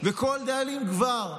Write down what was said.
וכל דאלים גבר,